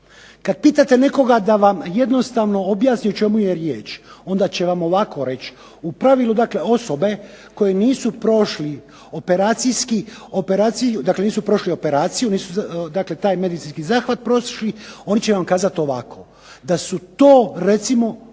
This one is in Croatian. Kad pitate nekoga da vam jednostavno objasni o čemu je riječ onda će vam ovako reći, u pravilu dakle osobe koje nisu prošli operacijski, dakle nisu prošli operaciju, nisu dakle taj medicinski zahvat prošli, oni će vam kazati ovako: da su to recimo